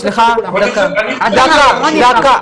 סליחה, דקה.